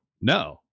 No